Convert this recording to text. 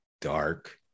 dark